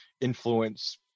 influence